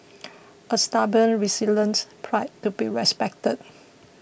a stubborn resilient pride to be respected